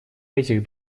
этих